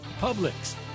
Publix